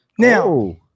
Now